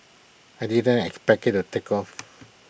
I didn't expect IT to take off